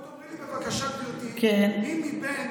תאמרי לי, בבקשה, גברתי, מי מבין